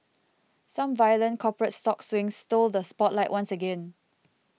some violent corporate stock swings stole the spotlight once again